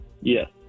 Yes